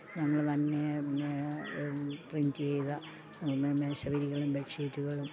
ഞങ്ങൾ തന്നെ പ്രിൻറ്റ് ചെയ്ത സ്വയമേ മേശവിരികളും ബെഡ് ഷീറ്റുകളും